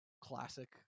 classic